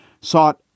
sought